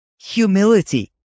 humility